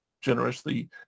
generously